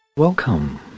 Welcome